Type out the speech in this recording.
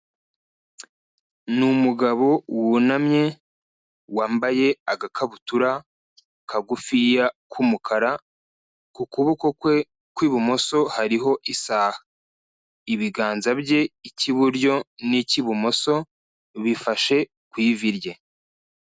Ni umugabo wunamye, wambaye agakabutura kagufiya k'umukara, ku kuboko kwe kw'ibumoso hariho isaha. Ibiganza bye icy'iburyo n'icy'ibumoso, bifashe ku ivi rye.